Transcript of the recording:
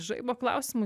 žaibo klausimai